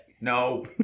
No